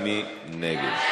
ומי נגד?